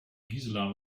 gisela